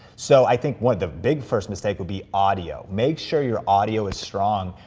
so, i think one of the big first mistakes would be audio. make sure your audio is strong,